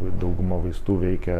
dauguma vaistų veikia